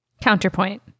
Counterpoint